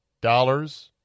dollars